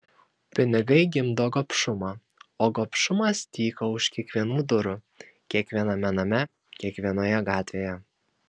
pinigai gimdo gobšumą o gobšumas tyko už kiekvienų durų kiekviename name kiekvienoje gatvėje